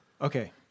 Okay